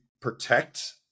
protect